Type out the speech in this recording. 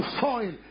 soil